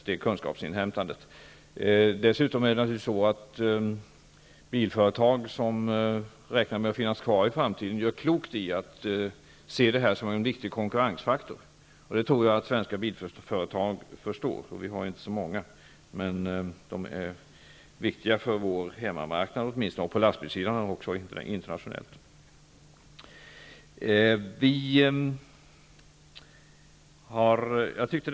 Det är dessutom så att bilföretag som räknar med att finnas kvar i framtiden gör klokt i att se detta som en viktig konkurrensfaktor. Det tror jag att svenska bilföretag förstår. Vi har ju inte så många, men de är viktiga åtminstone för vår hemmamarknad och även internationellt på lastbilssidan.